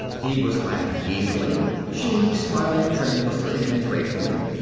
he was laughing easily she, smiling tremulously and gratefully.